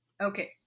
okay